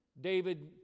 David